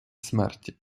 смерті